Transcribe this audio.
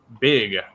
big